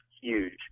huge